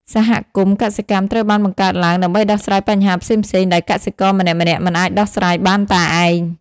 សហគមន៍កសិកម្មត្រូវបានបង្កើតឡើងដើម្បីដោះស្រាយបញ្ហាផ្សេងៗដែលកសិករម្នាក់ៗមិនអាចដោះស្រាយបានតែឯង។